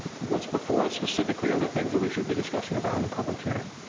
what's before us specifically are the things we should be discussing about in the public hearing.